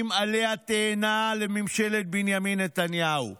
משמשים עלה תאנה לממשלת בנימין נתניהו.